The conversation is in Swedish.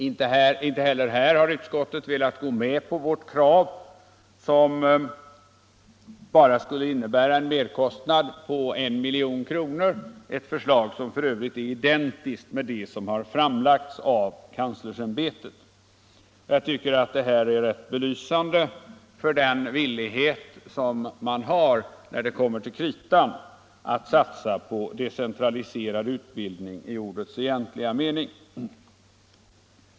Inte heller här har utskottet velat gå med på vårt krav, som bara skulle innebära en merkostnad på 1 milj.kr. — ett förslag som f. ö. är identiskt med kanslersämbetets. Jag tycker att det är belysande för den villighet som man när det kommer till kritan har att satsa på decentraliserad utbildning i ordets egentliga mening.